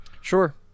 Sure